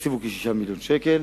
והוא כ-6 מיליוני שקל.